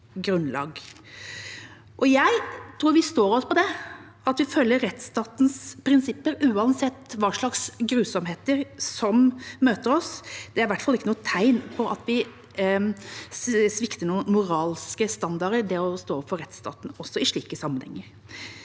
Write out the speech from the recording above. Jeg tror vi står oss på å følge rettstatens prinsipper uansett hva slags grusomheter som møter oss. Det er i hvert fall ikke noe tegn på at vi svikter noen moralske standarder ved å stå for rettsstaten også i slike sammenhenger.